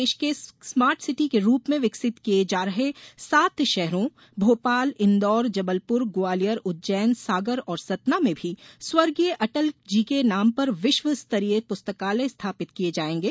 श्री चौहान ने कहा कि प्रदेश के स्मार्ट सिटी के रूप में विकसित किये जा रहे सात शहरों भोपाल इंदौर जबलपुर ग्वालियर उज्जैन सागर और सतना में भी स्वर्गीय अटलजी के नाम पर विश्व स्तरीय पुस्तकालय स्थापित किये जाएगें